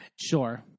Sure